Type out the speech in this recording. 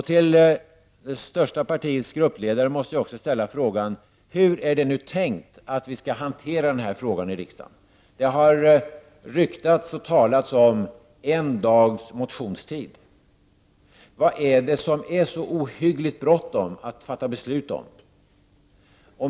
Till det största partiets gruppledare måste jag också ställa frågan: Hur är det tänkt att vi skall hantera den här frågan i riksdagen? Det har ryktats om en dags motionstid. Vad det är det som det är så ohyggligt bråttom att fatta beslut om?